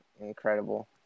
incredible